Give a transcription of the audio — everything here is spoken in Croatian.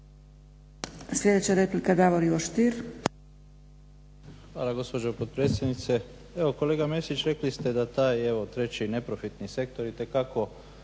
Stier. **Stier, Davor Ivo (HDZ)** Hvala gospođo potpredsjednice. Evo kolega Mesić rekli ste da taj treći neprofitni sektor itekako